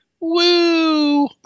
Woo